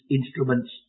instruments